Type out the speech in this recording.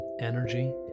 energy